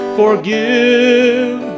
forgive